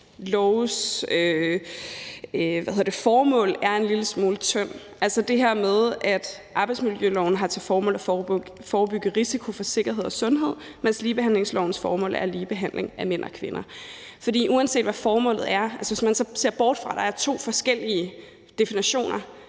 loves formål er en lille smule tynd, altså det her med, at arbejdsmiljøloven har til formål at forebygge risiko i forhold til sikkerhed og sundhed, mens ligebehandlingslovens formål er ligebehandling af mænd og kvinder. For uanset hvad formålet er – altså, hvis man så ser